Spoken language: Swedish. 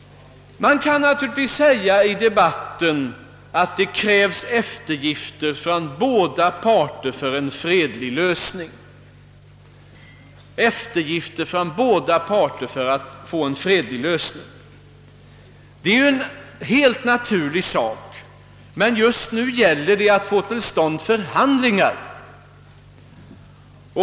Man kan naturligtvis i debatten säga att det krävs eftergifter från båda parter för att nå en fredlig lösning. Det är ju en helt naturlig sak, men just nu gäller det att få till stånd förhandlingar.